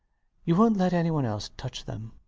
you wont let anyone else touch them.